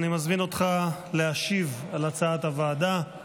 אני מזמין אותך להשיב על הצעת הוועדה.